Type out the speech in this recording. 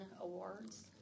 awards